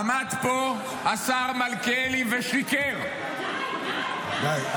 עמד פה השר מלכיאלי ושיקר -- די,